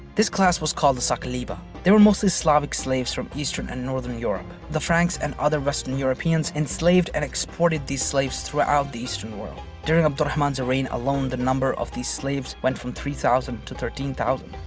this class was called the saqaliba. these were mostly slavic slaves from eastern and northern europe. the franks and other western europeans enslaved and exported these slaves throughout the eastern world. during abd al-rahman's reign alone, the number of these slaves went from three thousand to thirteen thousand.